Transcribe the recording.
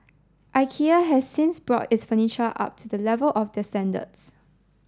Ikea has since brought its furniture up to the level of the standards